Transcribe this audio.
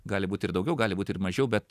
gali būti ir daugiau gali būti ir mažiau bet